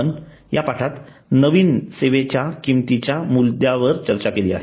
आपण या पाठात नवीन सेवेच्या किंमतीच्या मुद्द्यावर चर्चा केली आहे